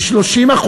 ב-30%.